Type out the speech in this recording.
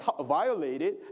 violated